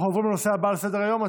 אנחנו עוברים לנושא הבא על סדר-היום,